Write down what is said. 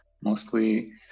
mostly